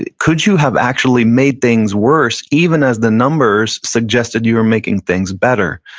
could you have actually made things worse even as the numbers suggested you were making things better?